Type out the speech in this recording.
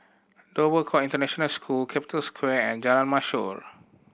Dover Court International School Capital Square and Jalan Mashor